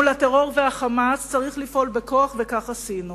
מול הטרור וה"חמאס" צריך לפעול בכוח, וכך עשינו.